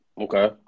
Okay